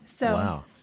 Wow